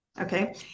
Okay